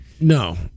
No